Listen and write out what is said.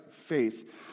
faith